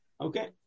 Okay